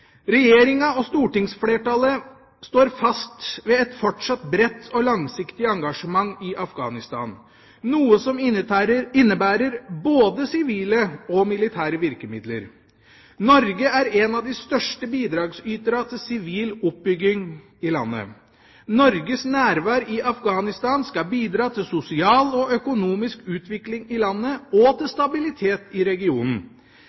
Regjeringa og stortingsflertallet står fast ved et fortsatt bredt og langsiktig engasjement i Afghanistan, noe som innebærer både sivile og militære virkemidler. Norge er en av de største bidragsyterne til sivil oppbygging i landet. Norges nærvær i Afghanistan skal bidra til sosial og økonomisk utvikling i landet og til stabilitet i regionen.